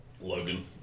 Logan